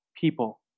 people